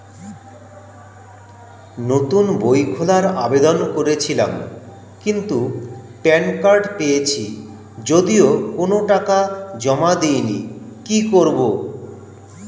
নতুন বই খোলার আবেদন করেছিলাম কিন্তু প্যান কার্ড পেয়েছি যদিও কোনো টাকা জমা দিইনি কি করব?